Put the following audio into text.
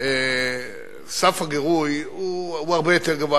סף הגירוי הוא הרבה יותר גבוה.